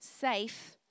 safe